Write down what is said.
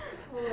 oh well